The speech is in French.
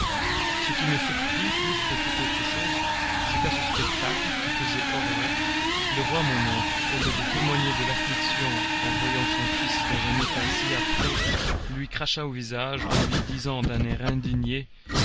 ce qui me surprit plus que toute autre chose c'est qu'à ce spectacle qui faisait horreur le roi mon oncle au lieu de témoigner de l'affliction en voyant son fils dans un état si affreux lui cracha au visage en lui disant d'un air indigné